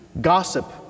gossip